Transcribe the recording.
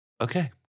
Okay